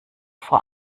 vor